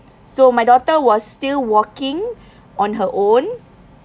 so my daughter was still walking on her own